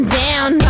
down